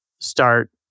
start